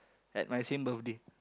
at my same birthday